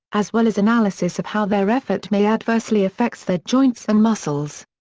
as well as analysis of how their effort may adversely affects their joints and muscles.